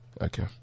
okay